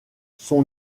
son